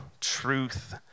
truth